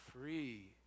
free